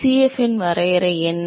Cf இன் வரையறை என்ன